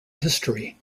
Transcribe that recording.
history